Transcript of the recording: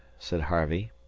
said harvey.